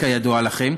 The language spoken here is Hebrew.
כידוע לכם,